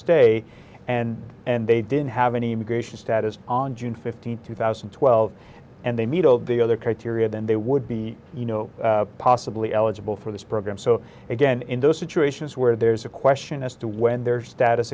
stay and and they didn't have any immigration status on june fifteenth two thousand and twelve and they meet all the other criteria than they would be you know possibly eligible for this program so again in those situations where there's a question as to when their status